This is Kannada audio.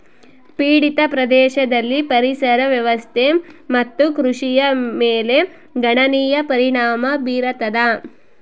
ಪೀಡಿತ ಪ್ರದೇಶದಲ್ಲಿ ಪರಿಸರ ವ್ಯವಸ್ಥೆ ಮತ್ತು ಕೃಷಿಯ ಮೇಲೆ ಗಣನೀಯ ಪರಿಣಾಮ ಬೀರತದ